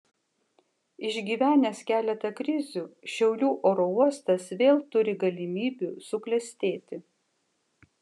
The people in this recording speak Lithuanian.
išgyvenęs keletą krizių šiaulių oro uostas vėl turi galimybių suklestėti